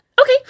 Okay